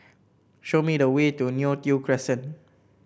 show me the way to Neo Tiew Crescent